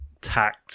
tact